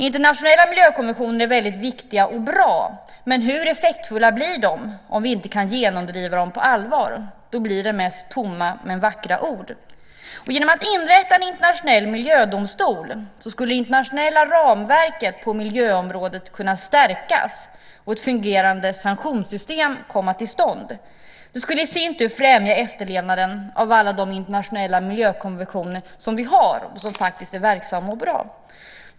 Internationella miljökonventioner är väldigt viktiga och bra. Men hur effektfulla blir de om vi inte kan genomdriva dem på allvar? Då blir det mest tomma men vackra ord. Genom att inrätta en internationell miljödomstol skulle internationella ramverket på miljöområdet kunna stärkas och ett fungerande sanktionssystem komma till stånd. Det skulle i sin tur främja efterlevnaden av alla de internationella miljökonventioner vi har och som faktiskt är verksamma och bra.